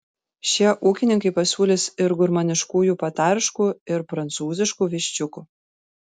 šie ūkininkai pasiūlys ir gurmaniškųjų patarškų ir prancūziškų viščiukų